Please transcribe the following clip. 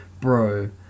bro